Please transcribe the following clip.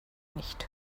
nicht